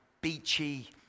beachy